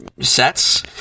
sets